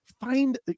find